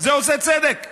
זה עושה צדק.